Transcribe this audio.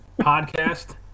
podcast